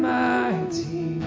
mighty